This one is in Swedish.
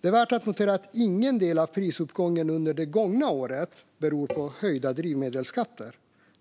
Det är värt att notera att ingen del av prisuppgången under det gångna året beror på höjda drivmedelsskatter.